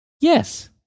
Yes